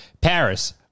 Paris